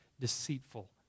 deceitful